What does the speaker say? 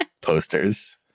posters